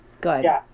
good